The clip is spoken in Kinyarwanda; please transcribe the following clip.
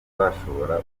bazashobora